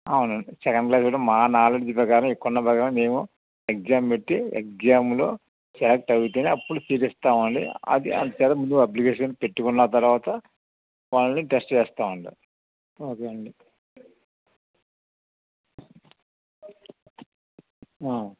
అవునండి second class కూడా మా నాలెడ్జీ ప్రకారం ఇక్కడున్న ప్రకారం మేము ఎగ్జామ్ పెట్టి ఎగ్జామ్లో సెలెక్ట్ అవుతేనే అప్పుడు సీట్ ఇస్తామండి అది అందుచేత ముందు అప్లికేషన్ పెట్టుకున్న తర్వాత వాళ్ళని టెస్ట్ చేస్తామండి ఓకే అండి